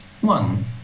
One